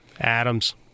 Adams